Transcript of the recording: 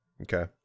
Okay